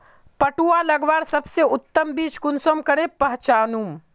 पटुआ लगवार सबसे उत्तम बीज कुंसम करे पहचानूम?